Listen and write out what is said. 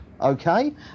okay